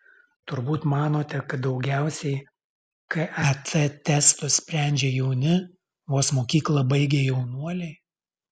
turbūt manote kad daugiausiai ket testus sprendžia jauni vos mokyklą baigę jaunuoliai